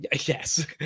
Yes